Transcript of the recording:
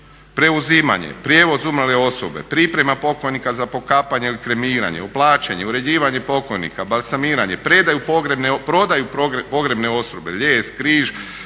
preuzimanje, prijevoz umrle osobe, priprema pokojnika za pokapanje ili kremiranje, uplaćanje, uređivanje pokojnika, balsamiranje, prodaju pogrebne osobe lijes, križ,